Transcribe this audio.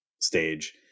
stage